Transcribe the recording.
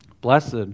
Blessed